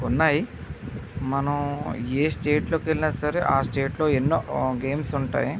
ఉన్నాయి మనం ఏ స్టేట్లోకి వెళ్ళినా సరే ఆ స్టేట్లో ఎన్నో గేమ్స్ ఉంటాయి